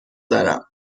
دارم